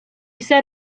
set